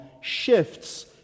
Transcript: shifts